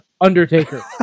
Undertaker